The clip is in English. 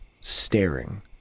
staring